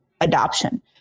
adoption